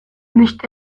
nicht